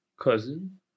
Cousin